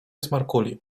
smarkuli